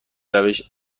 روش